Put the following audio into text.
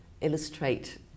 illustrate